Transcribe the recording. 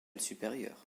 supérieur